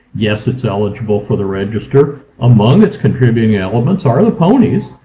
yes, it's eligible for the register. among its contributing elements are the ponies,